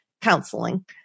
counseling